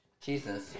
Jesus